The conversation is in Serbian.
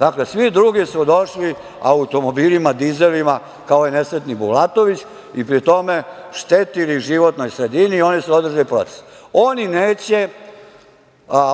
a svi drugi su došli automobilima dizelima, kao i ovaj nesretni Bulatović i pri tome štetili životnoj sredini i oni su održali protest.